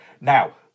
Now